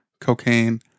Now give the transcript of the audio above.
cocaine